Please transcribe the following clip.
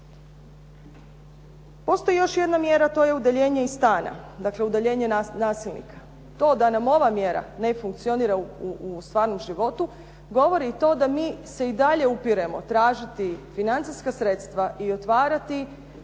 Postoji još jedna mjera, to je udaljenje iz stanja, dakle udaljenje nasilnika. To da nam ova mjera ne funkcionira u stvarnom životu govori i to da mi se i dalje upiremo tražiti financijska sredstva i otvarati